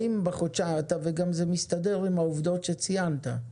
וגם זה מסתדר עם העובדות שציינת,